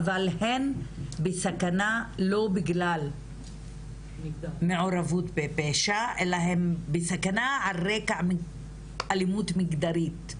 אבל הן בסכנה לא בגלל מעורבות בפשע אלא הן בסכנה על רקע אלימות מגדרית.